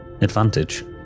advantage